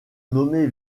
nommé